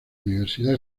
universidad